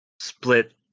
split